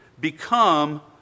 become